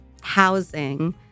housing